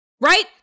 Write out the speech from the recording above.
Right